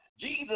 Jesus